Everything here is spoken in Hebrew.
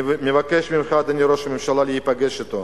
אני מבקש ממך, אדוני ראש הממשלה, להיפגש אתו,